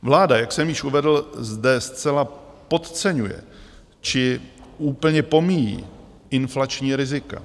Vláda, jak jsem již uvedl, zde zcela podceňuje či úplně pomíjí inflační rizika.